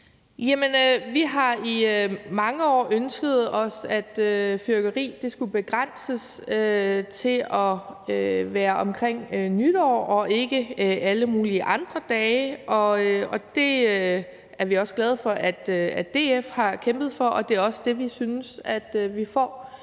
vi har i mange år ønsket os, at fyrværkeri skulle begrænses til at være omkring nytår og ikke alle mulige andre dage, og det er vi også glade for at DF har kæmpet for. Det er også det, vi synes at vi får